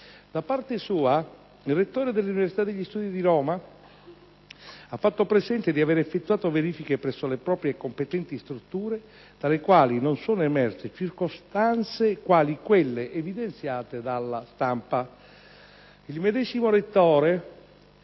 Da parte sua il rettore dell'Università degli studi di Roma ha fatto presente di aver effettuato verifiche presso le proprie competenti strutture, dalle quali non sono emerse circostanze quali quelle evidenziate dalla stampa. Il medesimo rettore